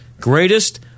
Greatest